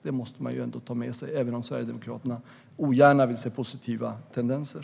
Det måste man ta med sig - även om Sverigedemokraterna ogärna vill se positiva tendenser.